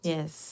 Yes